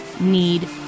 need